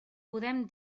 podem